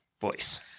voice